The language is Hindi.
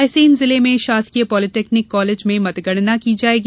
रायसेन जिले में भी शासकीय पॉलिटेक्निक कॉलेज में मतगणना की जायेगी